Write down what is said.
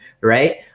right